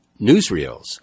newsreels